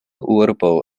urbo